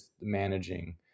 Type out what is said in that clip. managing